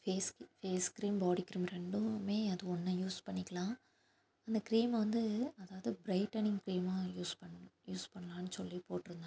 ஃபேஸ்ஸுக்கு face cream body cream ரெண்டுமே அது ஒன்றை யூஸ் பண்ணிக்கலாம் அந்த க்ரீமை வந்து அதாவது ப்ரைட்டனிங் க்ரீமாக யூஸ் பண்ணணும் யூஸ் பண்ணலான்னு சொல்லி போட்டிருந்தாங்க